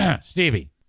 Stevie